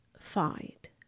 fight